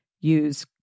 Use